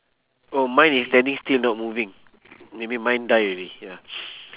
oh mine is standing still not moving maybe mine die already ya